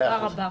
תודה רבה.